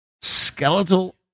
skeletal